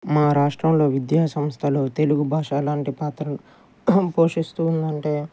మా రాష్ట్రంలో విద్యాసంస్థలో తెలుగు భాష ఎలాంటి పాత్రను పోషిస్తూ ఉందంటే